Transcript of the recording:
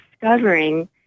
discovering